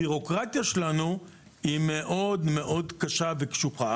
הבירוקרטיה שלנו היא מאוד קשה וקשוחה